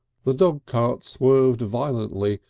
the dog cart swerved violently,